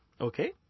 Okay